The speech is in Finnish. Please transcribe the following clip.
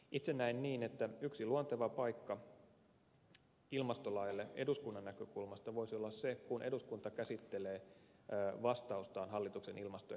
itse näen niin että yksi luonteva paikka ilmastolaille eduskunnan näkökulmasta voisi olla se kun eduskunta käsittelee vastaustaan hallituksen ilmasto ja energiastrategiaan